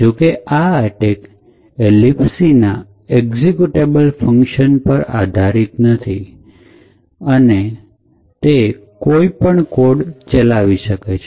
જોકે આ એટેક એ libc ના એક્ઝિક્યુટેબલ ફંકશન પર આધારિત નથી અને તે કોઈ પણ કોડ ચલાવી શકે છે